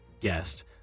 guest